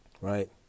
right